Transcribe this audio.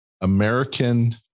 American